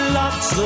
lots